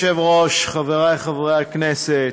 אדוני היושב-ראש, חבריי חברי הכנסת,